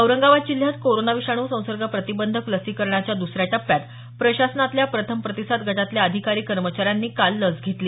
औरंगाबाद जिल्ह्यात कोरोना विषाणू संसर्ग प्रतिबंधक लसीकरणाच्या दसऱ्या टप्प्यात प्रशासनातल्या प्रथम प्रतिसाद गटातल्या अधिकारी कर्मचाऱ्यांनी काल लस घेतली